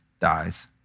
dies